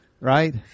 Right